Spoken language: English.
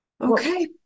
Okay